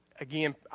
Again